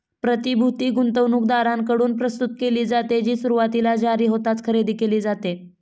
प्रतिभूती गुंतवणूकदारांकडून प्रस्तुत केली जाते, जी सुरुवातीला जारी होताच खरेदी केली जाते